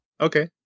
Okay